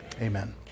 amen